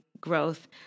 Growth